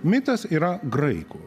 mitas yra graikų